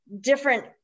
different